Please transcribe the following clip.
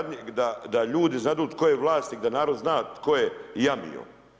Da ljudi znadu tko je vlasnik, da narod zna tko je jamio?